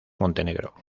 montenegro